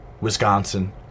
Wisconsin